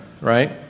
right